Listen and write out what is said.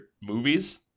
movies